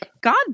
God